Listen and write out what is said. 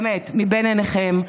באמת, מבין עיניכם.